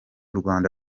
rwanda